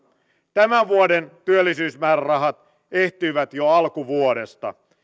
tämän vuoden työllisyysmäärärahat ehtyivät jo alkuvuodesta